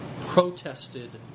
protested